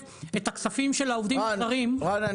את הכספים של העובדים הזרים --- רן,